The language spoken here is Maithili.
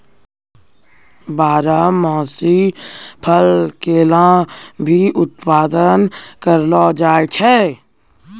बारहमासी फसल केला भी उत्पादत करलो जाय छै